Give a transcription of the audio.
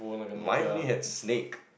mine only have snake